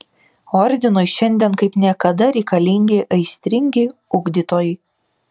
ordinui šiandien kaip niekada reikalingi aistringi ugdytojai